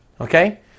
Okay